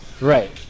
right